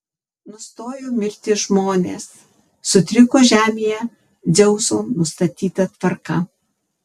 nustojo mirti žmonės sutriko žemėje dzeuso nustatyta tvarka